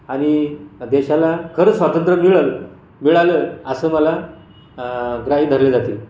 आणि देशाला खरंच स्वातंत्र्य मिळल मिळालं असं मला ग्राह्य धरले जातील